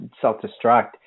self-destruct